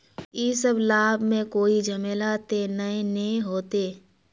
इ सब लाभ में कोई झमेला ते नय ने होते?